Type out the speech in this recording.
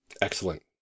Excellent